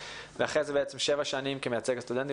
אחרי זה שבע שנים כמייצג הסטודנטים בישראל,